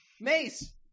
Mace